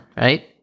right